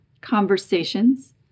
conversations